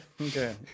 Okay